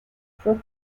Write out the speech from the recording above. for